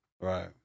Right